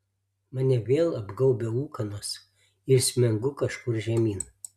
mane vėl apgaubia ūkanos ir smengu kažkur žemyn